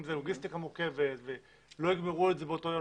אם זו לוגיסטיקה מורכבת ולא יסיימו באותו יום.